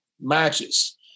matches